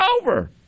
over